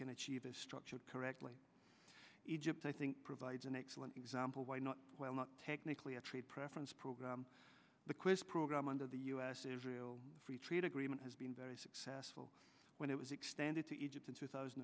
can achieve a structured correctly egypt i think provides an excellent example why not well not technically a trade preference program the quiz program under the us israel free trade agreement has been very successful when it was extended to egypt in two thousand